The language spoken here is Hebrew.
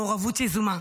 מעורבות יזומה: